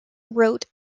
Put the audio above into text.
wrote